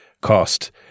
cost